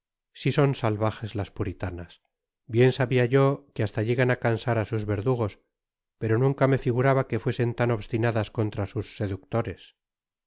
si son salvajes las puritanas bien sabia yo que hasla llegan á cansar á sus verdugos pero nunca me tiguraba que fuesen tan obstinadas contra sus seductores